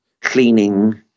cleaning